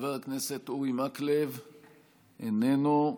חבר הכנסת אורי מקלב, איננו.